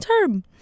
term